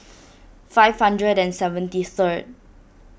five hundred and seventy third